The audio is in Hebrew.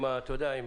אתה יודע,